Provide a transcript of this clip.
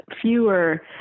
fewer